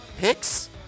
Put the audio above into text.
picks